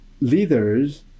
leaders